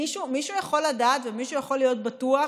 מישהו יכול לדעת ומישהו יכול להיות בטוח